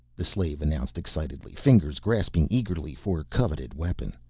the slave announced excitedly, fingers grasping eagerly for coveted weapon.